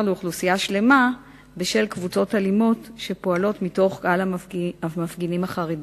לאוכלוסייה שלמה בשל קבוצות אלימות שפועלות מתוך קהל המפגינים החרדי.